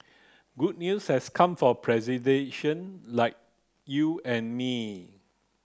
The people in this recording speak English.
good news has come for pedestrian like you and me